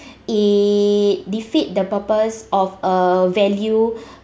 it defeats the purpose of a value